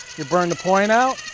you'll burn the point out.